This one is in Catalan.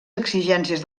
exigències